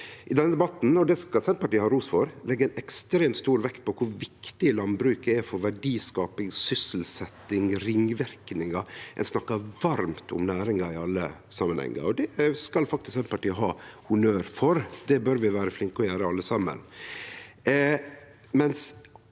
I denne debatten – og det skal Senterpartiet ha ros for – legg ein ekstremt stor vekt på kor viktig landbruket er for verdiskaping, sysselsetjing og ringverknader, ein snakkar varmt om næringa i alle samanhengar. Det skal faktisk Senterpartiet ha honnør for, det bør vi vere flinke til å gjere alle saman.